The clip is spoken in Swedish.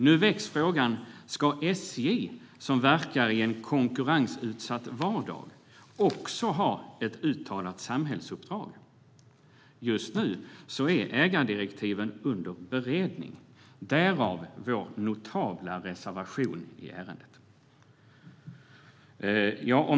Nu väcks frågan: Ska SJ, som verkar i en konkurrensutsatt vardag, också ha ett uttalat samhällsuppdrag? Ägardirektiven är för närvarande under beredning, därav vår notabla reservation i ärendet.